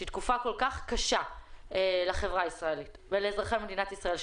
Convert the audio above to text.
שהיא תקופה כל כך קשה לחברה הישראלית ולאזרחי מדינת ישראל,